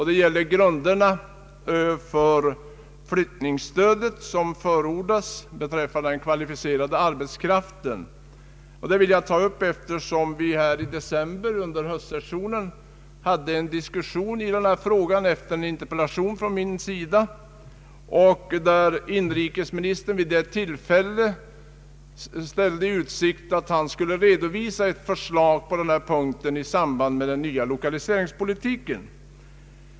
Det gäller grunderna för det flyttningsstöd som förordas beträffande den kvalificerade arbetskraften. I december i fjol diskuterades denna fråga sedan jag framställt en interpellation. Inrikesministern ställde vid detta tillfälle i utsikt att han skulle redovisa ett förslag i samband med propositionen om den nya lokaliseringspolitiken.